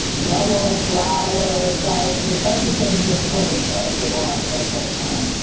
yellow flowers, right? i mean everything is in place as it was at that time.